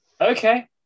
okay